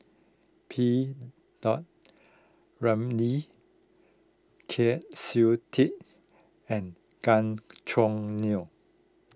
P Dot Ramlee Kwa Siew Tee and Gan Choo Neo